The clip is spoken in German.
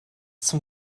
zum